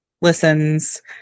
listens